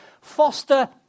Foster